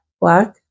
Black